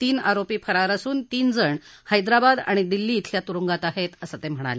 तीन आरोपी फरार असून तीन जण हैद्राबाद आणि दिल्ली इथल्या तुरुंगात आहेत असं ते म्हणाले